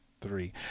three